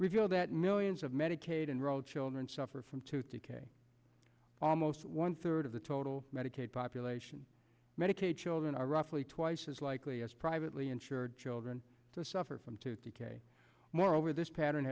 revealed that millions of medicaid and roll children suffer from tooth decay almost one third of the total medicaid population medicaid children are roughly twice as likely as privately insured children to suffer from two more over this pattern